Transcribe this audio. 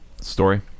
story